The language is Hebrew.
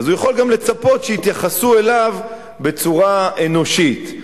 הוא יכול גם לצפות שיתייחסו אליו בצורה אנושית.